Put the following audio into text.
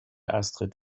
astrid